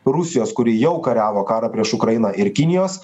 rusijos kuri jau kariavo karą prieš ukrainą ir kinijos